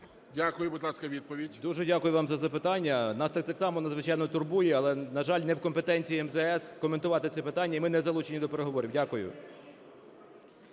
Дякую. Будь ласка, відповідь. 10:25:58 БОДНАР В.М. Дуже дякую вам за запитання. Нас це так само надзвичайно турбує. Але, на жаль, не в компетенції МЗС коментувати це питання. І ми не залучені до переговорів. Дякую.